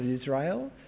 Israel